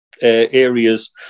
areas